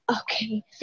Okay